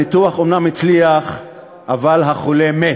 הניתוח אומנם הצליח אבל החולה מת.